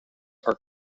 are